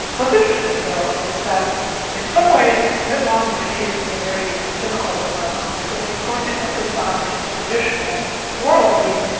what's interesting, though, is that in some ways mitt romney faces a very difficult dilemma, because if he's going to emphasise his traditional moral belief,